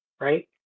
right